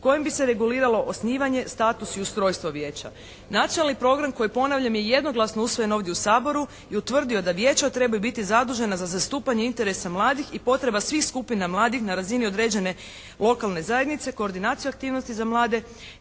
kojim bi se reguliralo osnivanje, status i ustrojstvo vijeća. Nacionalni program koji ponavljam je jednoglasno usvojen ovdje u Saboru i utvrdio da vijeća trebaju biti zadužena za zastupanje interesa mladih i potreba svih skupina mladih na razini određene lokalne zajednice, koordinacija aktivnosti za mlade,